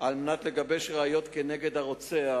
על מנת לגבש ראיות כנגד הרוצח,